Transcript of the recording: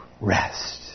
rest